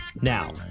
Now